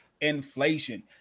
inflation